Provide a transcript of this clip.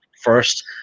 first